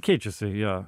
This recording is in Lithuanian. keičiasi jo